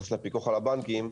שמתייחסת לפיקוח על הבנקים,